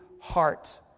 heart